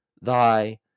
thy